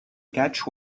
catch